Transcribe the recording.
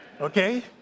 Okay